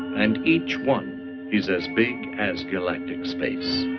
and each one is as big as galactic space.